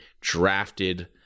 drafted